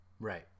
Right